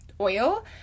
oil